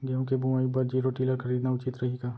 गेहूँ के बुवाई बर जीरो टिलर खरीदना उचित रही का?